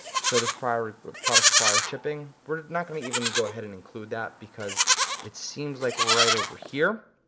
so this product product requires shipping. we're not gonna even go ahead and include that because it seems like right over here,